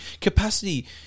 capacity